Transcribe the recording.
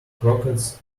croquettes